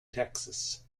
texas